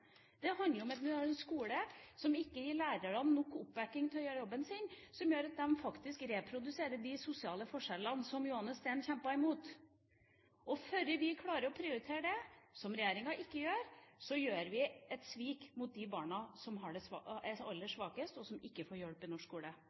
Det handler om at vi har en skole som ikke gir lærerne nok oppbacking til å gjøre jobben sin, som gjør at de faktisk reproduserer de sosiale forskjellene som Johannes Steen kjempet imot. Før vi klarer å prioritere det – noe regjeringa ikke gjør – svikter vi de barna som er aller svakest, og som ikke får hjelp i norsk skole.